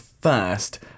first